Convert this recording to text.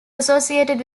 associated